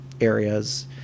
areas